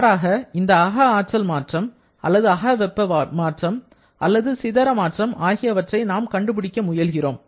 மாறாக இந்த அக ஆற்றல் மாற்றம் அல்லது அக வெப்ப மாற்றம் அல்லது சிதற மாற்றம் ஆகியவற்றை நாம் கண்டுபிடிக்க முயல்கிறோம்